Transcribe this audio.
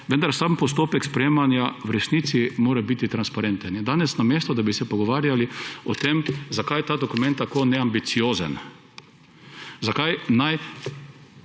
Vendar sam postopek sprejemanja v resnici mora biti transparenten. Danes, namesto da bi se pogovarjali o tem, zakaj je ta dokument tako neambiciozen,